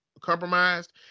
compromised